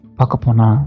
pakapona